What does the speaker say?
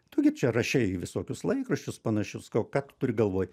tu gi čia rašei į visokius laikraščius panašius sakau ką tu turi galvoj